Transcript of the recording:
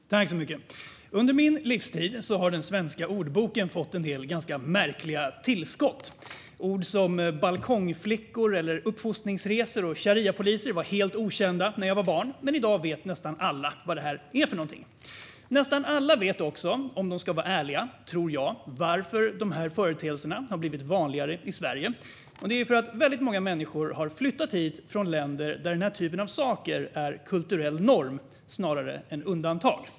Herr talman! Under min livstid har den svenska ordboken fått en del ganska märkliga tillskott. Ord som balkongflickor, uppfostringsresor och shariapoliser var helt okända när jag var barn, men i dag vet nästan alla vad detta är. Jag tror också att nästan alla vet, om de är ärliga, varför dessa företeelser har blivit vanligare i Sverige. Det beror på att väldigt många människor har flyttat hit från länder där saker som dessa är kulturell norm snarare än undantag.